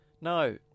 No